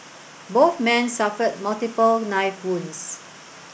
both men suffered multiple knife wounds